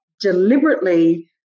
deliberately